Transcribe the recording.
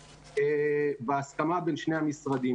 בהסכמה בין שני המשרדים.